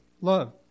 love